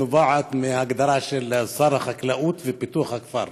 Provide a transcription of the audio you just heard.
נובעת מההגדרה שר החקלאות ופיתוח הכפר.